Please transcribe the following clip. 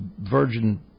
virgin